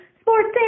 sports